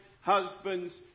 husbands